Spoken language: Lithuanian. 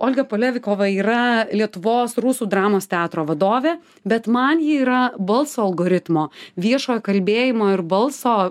olga polevikova yra lietuvos rusų dramos teatro vadovė bet man ji yra balso algoritmo viešojo kalbėjimo ir balso